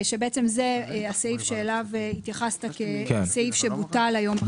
זה הסעיף שאליו התייחסת כסעיף שבוטל היום בחקיקה .